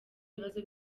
bibazo